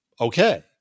okay